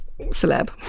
celeb